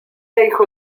hijo